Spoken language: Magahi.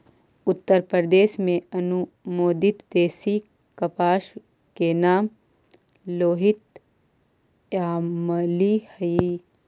उत्तरप्रदेश में अनुमोदित देशी कपास के नाम लोहित यामली हई